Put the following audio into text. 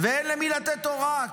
ואין למי לתת הוראה,